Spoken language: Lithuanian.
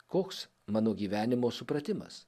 koks mano gyvenimo supratimas